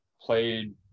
played